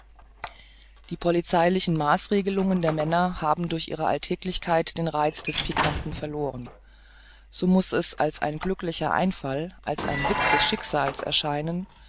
die polizeilichen maßreglungen der männer haben durch ihre alltäglichkeit den reiz des pikanten verloren so muß es als ein glücklicher einfall als ein witz des schicksals erscheinen